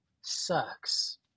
sucks